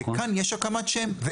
וכאן יש הקמת שם.